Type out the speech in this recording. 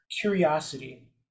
curiosity